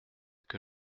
que